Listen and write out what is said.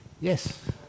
Yes